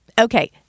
Okay